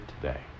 today